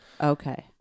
Okay